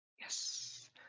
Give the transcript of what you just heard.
Yes